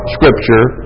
Scripture